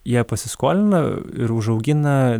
jie pasiskolina ir užaugina